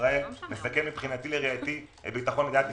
ישראל מסכן מבחינתי את ביטחון מדינת ישראל.